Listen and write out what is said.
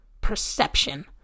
perception